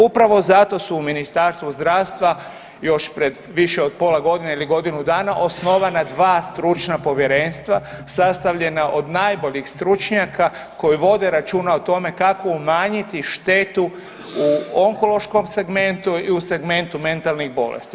Upravo zato su u Ministarstvu zdravstva još pred više od pola godine ili godinu dana osnovana dva stručna povjerenstva sastavljena od najboljih stručnjaka koji vode računa o tome kako umanjiti štetu u onkološkom segmentu i u segmentu mentalnih bolesti.